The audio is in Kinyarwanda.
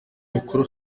mikuru